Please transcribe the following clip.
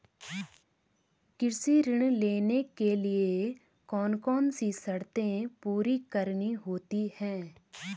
कृषि ऋण लेने के लिए कौन कौन सी शर्तें पूरी करनी होती हैं?